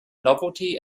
novelty